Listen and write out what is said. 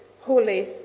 holy